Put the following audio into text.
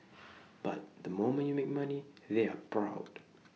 but the moment you make money they're proud